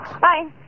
Bye